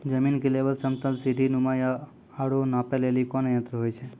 जमीन के लेवल समतल सीढी नुमा या औरो नापै लेली कोन यंत्र होय छै?